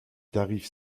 tarifs